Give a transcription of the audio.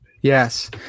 Yes